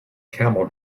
camel